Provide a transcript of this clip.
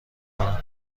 کنم